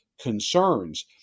concerns